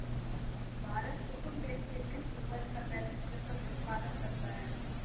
भारत कुसुम तेल के विश्व उपज का पैंतीस प्रतिशत उत्पादन करता है